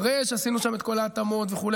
אחרי שעשינו שם את כל ההתאמות וכו',